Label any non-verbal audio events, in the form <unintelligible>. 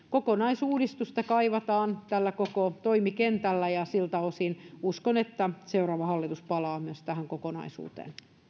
<unintelligible> kokonaisuudistusta kaivataan koko tällä toimikentällä ja siltä osin uskon että seuraava hallitus palaa myös tähän kokonaisuuteen